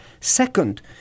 Second